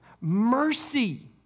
Mercy